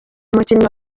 umukinnyi